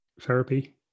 therapy